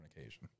occasion